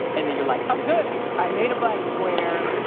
and then you're like, i'm good. i made a black square.